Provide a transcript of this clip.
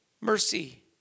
mercy